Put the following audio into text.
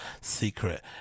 secret